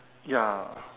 ya